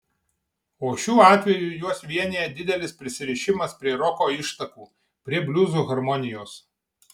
o šiuo atveju juos vienija didelis prisirišimas prie roko ištakų prie bliuzo harmonijos